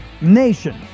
nation